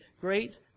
great